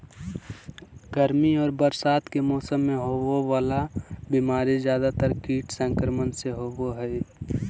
गर्मी और बरसात के मौसम में होबे वला बीमारी ज्यादातर कीट संक्रमण से होबो हइ